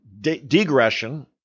degression